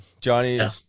Johnny